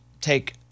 take